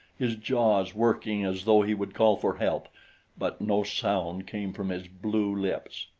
his jaws working as though he would call for help but no sound came from his blue lips.